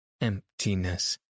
emptiness